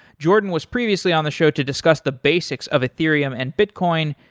jordan was previously on the show to discuss the basics of ethereum and bitcion,